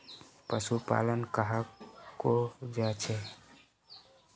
पशुपालन कहाक को जाहा?